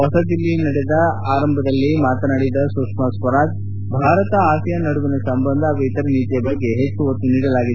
ಹೊಸದಿಲ್ಲಿ ನಡೆದ ಸಮಾರಂಭದಲ್ಲಿ ಮಾತನಾಡಿದ ಸುಷ್ಮಾ ಸ್ವರಾಜ್ ಭಾರತ ಆಸಿಯಾನ್ ನಡುವಿನ ಸಂಬಂಧ ಹಾಗೂ ಇತರೆ ನೀತಿಯ ಬಗ್ಗೆ ಹೆಚ್ಚು ಒತ್ತು ನೀಡಲಾಗಿದೆ